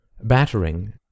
Battering